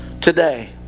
today